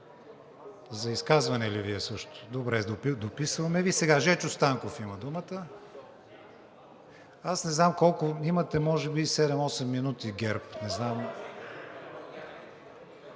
За изказване ли Вие също? Добре, дописваме Ви. Сега Жечо Станков има думата. Аз не знам колко имате, може би 7 – 8 минути ГЕРБ, не знам.